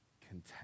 content